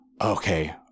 okay